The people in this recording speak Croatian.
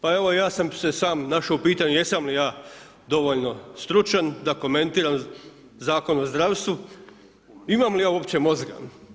Pa evo ja sam se sam našao u pitanju jesam li ja dovoljno stručan da komentiram Zakon o zdravstvu, imam li ja uopće mozga.